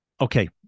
Okay